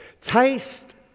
Taste